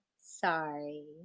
sorry